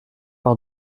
par